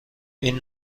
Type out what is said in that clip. این